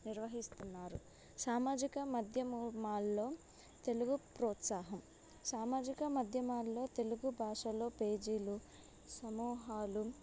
నిర్వహిస్తున్నారు సామాజిక మధ్యమమాల్లో తెలుగు ప్రోత్సాహం సామాజిక మధ్యమాల్లో తెలుగు భాషలో పేజీలు సమూహాలు